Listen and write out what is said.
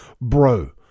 bro